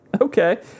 Okay